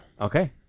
Okay